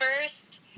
first